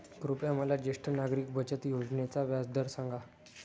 कृपया मला ज्येष्ठ नागरिक बचत योजनेचा व्याजदर सांगा